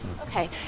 Okay